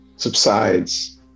subsides